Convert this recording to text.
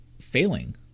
failing